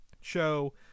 show